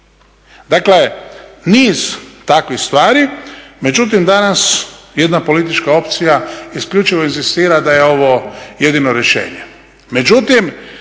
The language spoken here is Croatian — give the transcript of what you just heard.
Dakle niz takvih stvari, međutim danas jedna politička opcija isključivo inzistira da je ovo jedino rješenje.